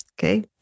Okay